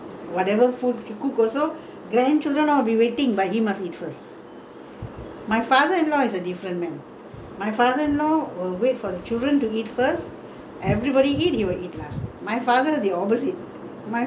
my father-in-law is a different man my father-in-law will wait for the children to eat first everybody eat he will eat last my father the opposite my father must eat first grandchildren all waiting after that மிச்சோ மீதி:micho meethi children eat